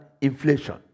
inflation